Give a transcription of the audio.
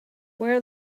while